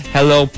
Hello